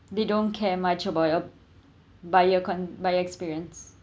they don't care much about your buyer con~ buyer experience